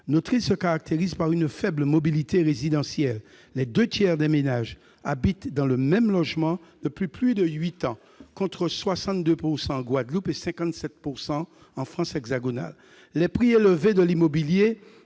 Notre île se caractérise par une faible mobilité résidentielle : les deux tiers des ménages habitent dans le même logement depuis plus de huit ans, contre 62 % en Guadeloupe et 57 % en France hexagonale. Les prix élevés de l'immobilier